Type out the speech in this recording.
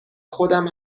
خودم